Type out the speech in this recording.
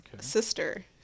sister